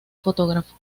fotógrafo